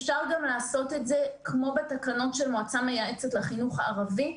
אפשר גם לעשות את זה גם כמו בתקנות של מועצה מייעצת לחינוך הערבי,